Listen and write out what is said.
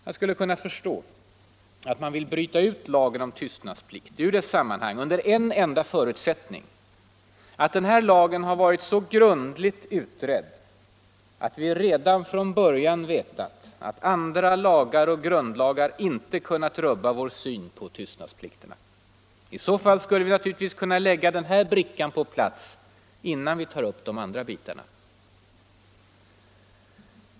Jag skulle kunna förstå att man vill bryta ut lagen om tystnadsplikt ur dess sammanhang under en enda förutsättning: att denna lag hade varit så grundligt utredd att vi redan från början vetat att andra lagar och grundlagar inte kunnat rubba vår syn på tystnadsplikterna. I så fall skulle vi naturligtvis kunna lägga den här brickan på plats innan vi tar upp de andra bitarna.